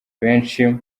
benshi